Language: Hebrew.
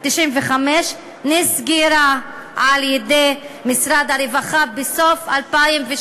1995 נסגרה על-ידי משרד הרווחה בסוף 2012,